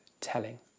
telling